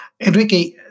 Enrique